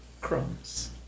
crumbs